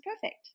perfect